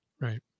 Right